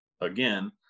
again